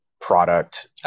product